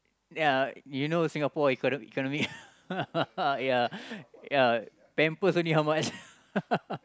ya you know Singapore economy economy ya ya pampers only how much